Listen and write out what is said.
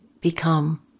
become